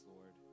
Lord